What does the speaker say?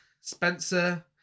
Spencer